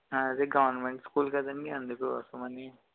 అది government school కదండీ అందుకోసమని